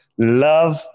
Love